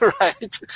right